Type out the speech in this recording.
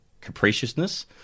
capriciousness